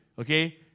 okay